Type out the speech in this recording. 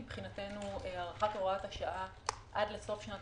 מבחינתנו הארכת הוראת השעה עד לסוף שנת